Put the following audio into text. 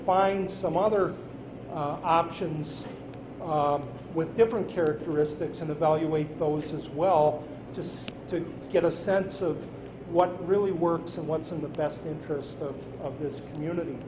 find some other options with different characteristics and evaluate those as well just to get a sense of what really works and what's in the best interest of this